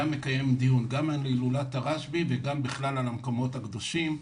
היה מקיים דיון גם על הילולת הרשב"י וגם על המקומות הקדושים,